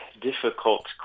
difficult